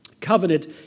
Covenant